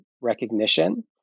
recognition